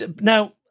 Now